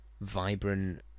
vibrant